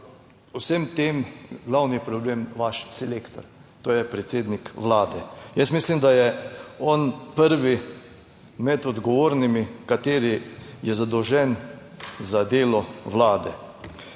vsem tem glavni problem vaš selektor. To je predsednik vlade. Jaz mislim, da je on prvi med odgovornimi, kateri je zadolžen za delo vlade.